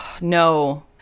No